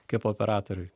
kaip operatoriui